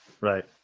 Right